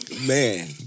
Man